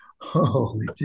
Holy